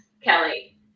Kelly